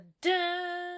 dun